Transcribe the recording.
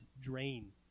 drain